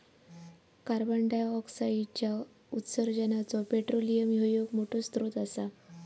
कार्बंडाईऑक्साईडच्या उत्सर्जानाचो पेट्रोलियम ह्यो एक मोठो स्त्रोत असा